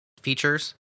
features